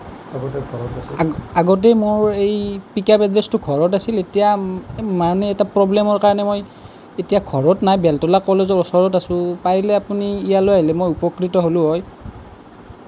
আগ আগতেই মোৰ এই পিক আপ এড্ৰেছটো ঘৰত আছিল এতিয়া মানে এটা প্ৰব্লেমৰ কাৰণে মই ঘৰত নাই বেলতলা কলেজৰ ওচৰত আছোঁ পাৰিলে আপুনি ইয়ালৈ আহিলে মই উপকৃত হ'লোঁ হয়